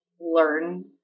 learn